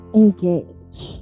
engage